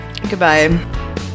Goodbye